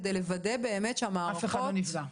כדי לוודא באמת שהמערכות --- שאף אחד לא נפגע.